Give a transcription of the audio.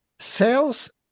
Sales